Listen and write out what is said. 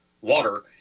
water